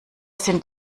sind